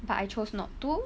but I chose not to